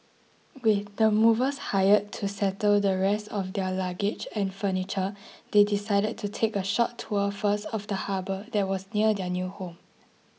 with the movers hired to settle the rest of their luggage and furniture they decided to take a short tour first of the harbour that was near their new home